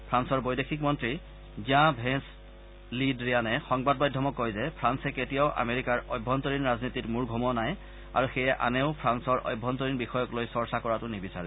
ফ্ৰান্সৰ বৈদেশিক মন্ত্ৰী জ্য়া ভেঁছ লি ড্ৰিয়ানে সংবাদ মাধ্যমক কয় যে ফ্ৰান্সে কেতিয়াও আমেৰিকাৰ অভ্যন্তৰীণ ৰাজনীতিত মূৰ ঘমোৱা নাই আৰু সেয়ে আনেও ফ্ৰালৰ অভ্যন্তৰীণ বিষয়ক লৈ চৰ্চা কৰাতো নিবিচাৰে